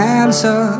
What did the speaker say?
answer